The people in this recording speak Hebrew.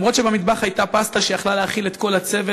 במטבח הייתה פסטה שיכלה להאכיל את כל הצוות.